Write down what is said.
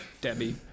Debbie